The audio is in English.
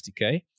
SDK